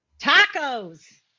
Tacos